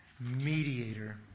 mediator